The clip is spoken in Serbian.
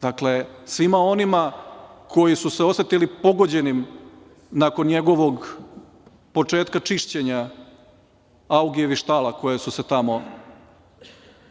Dakle, svima onima koji su se osetili pogođenim nakon njegovog početka čišćenja Augijevih štala koje su se tamo